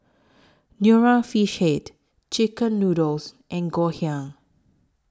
Nonya Fish Head Chicken Noodles and Ngoh Hiang